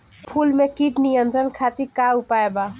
फूल में कीट नियंत्रण खातिर का उपाय बा?